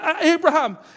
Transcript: Abraham